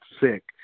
sick